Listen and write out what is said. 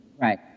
right